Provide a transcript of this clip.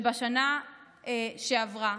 בשנה שעברה,